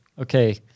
okay